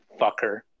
fucker